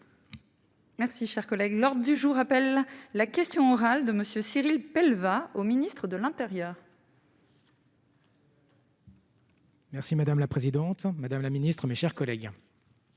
Merci, cher collègue lors du jour appelle la question orale de Monsieur Cyril pelle va au ministre de l'Intérieur. Merci madame la présidente, madame la Ministre, mes chers collègues,